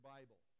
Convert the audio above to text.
Bible